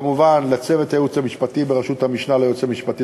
כמובן לצוות הייעוץ המשפטי בראשות המשנה ליועץ המשפטי